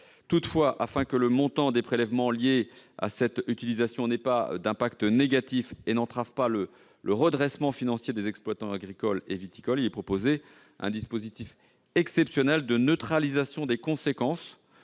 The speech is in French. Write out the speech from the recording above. Toutefois, afin que le montant des prélèvements liés à l'utilisation de ces sommes n'ait pas d'impact négatif et n'entrave pas le redressement financier des exploitants agricoles et viticoles, nous proposons un dispositif exceptionnel de neutralisation des conséquences